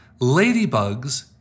Ladybugs